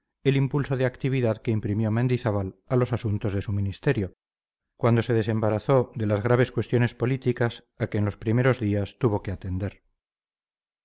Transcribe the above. el impulso de actividad que imprimió mendizábal a los asuntos de su ministerio cuando se desembarazó de las graves cuestiones políticas a que en los primeros días tuvo que atender